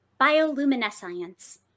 bioluminescence